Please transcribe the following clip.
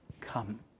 come